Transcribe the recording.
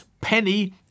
Penny